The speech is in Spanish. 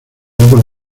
con